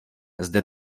zde